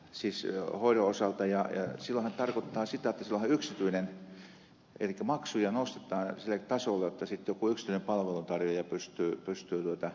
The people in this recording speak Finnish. silloinhan se tarkoittaa sitä että maksuja nostetaan sille tasolle jotta sitten joku yksityinen palveluntarjoaja pystyy kilpailemaan siinä